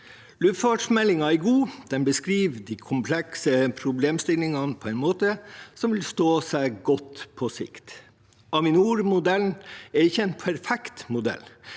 Luftfartsmeldingen er god. Den beskriver de komplekse problemstillingene på en måte som vil stå seg godt på sikt. Avinor-modellen er ikke en perfekt modell,